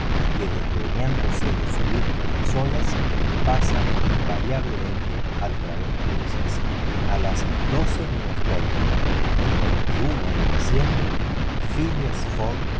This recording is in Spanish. que desdeñándose subir con las olas pasan invariablemente al través de ellas a las doce menos veinte el de diciembre phileas fogg